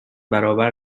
برابر